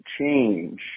change